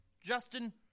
Justin